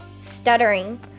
stuttering